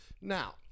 now